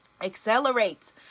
accelerate